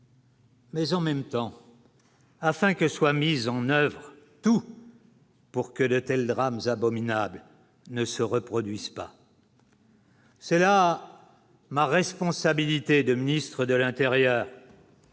Mais en même temps. Afin que soit mis en oeuvre tout pour que de tels drames abominable ne se reproduise pas. C'est là ma responsabilité de ministre de l'Intérieur.